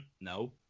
No